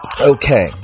Okay